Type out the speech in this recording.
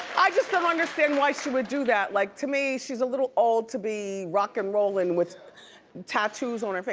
i just don't understand why she would do that. like to me, she's a little old to be rock and rollin' with tattoos on her face,